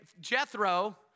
Jethro